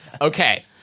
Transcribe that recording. okay